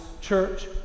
church